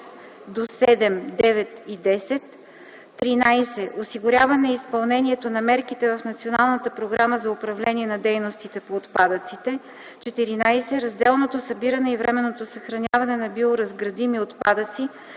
5-7, 9 и 10; 13. осигуряване изпълнението на мерките в Националната програма за управление на дейностите по отпадъците; 14. разделното събиране и временното съхраняване на биоразградими отпадъци,